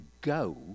go